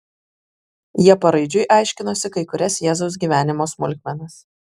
jie paraidžiui aiškinosi kai kurias jėzaus gyvenimo smulkmenas